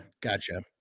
gotcha